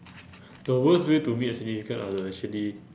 the worst way to meet a significant other actually